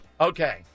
Okay